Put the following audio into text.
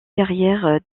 carrière